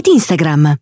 Instagram